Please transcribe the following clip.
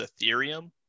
Ethereum